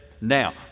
now